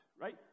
Right